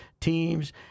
teams